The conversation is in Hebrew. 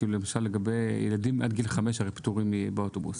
למשל ילדים עד גיל חמש הרי פטורים באוטובוס,